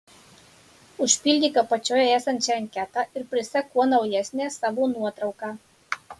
užpildyk apačioje esančią anketą ir prisek kuo naujesnę savo nuotrauką